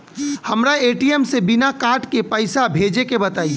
हमरा ए.टी.एम से बिना कार्ड के पईसा भेजे के बताई?